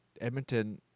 Edmonton